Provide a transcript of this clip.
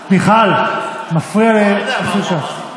מיכל, זה מפריע לאופיר כץ.